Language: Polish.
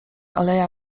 aleja